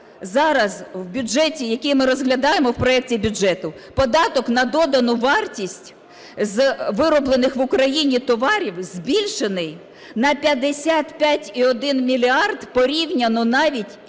зараз в бюджеті, який ми розглядаємо, у проекті бюджету, податок на додану вартість з вироблених в Україні товарів збільшений на 55,1 мільярд порівняно навіть